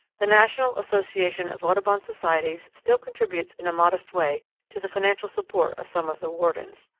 the national association of audubon societies still contributes in a modest way to the financial support of some of the wardens.